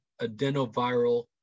adenoviral